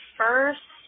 first –